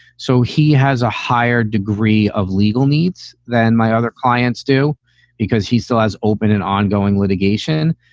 so he has a higher degree of legal needs than my other clients do because he still has open and ongoing litigation.